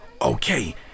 Okay